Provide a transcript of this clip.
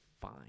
fine